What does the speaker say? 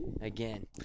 Again